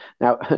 Now